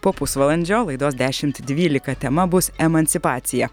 po pusvalandžio laidos dešimt dvylika tema bus emancipacija